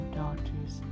daughters